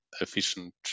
efficient